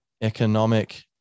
economic